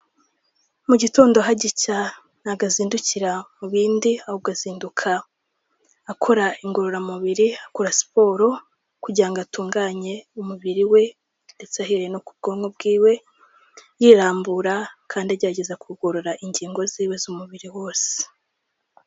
Mu gitondo hagicya ntabwo azindukira mu bindi ahubwo azinduka akora ingororamubiri akora siporo kugira ngo atunganye umubiri we ndetse ahereye no ku bwonko bwiwe, yirambura kandi agerageza kugorora ingingo ziwe z'umubiri wose.